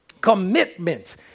commitment